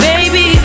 Baby